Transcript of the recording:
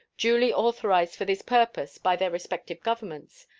duly authorized for this purpose by their respective governments,